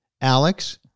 Alex